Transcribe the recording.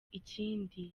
ikindi